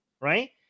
right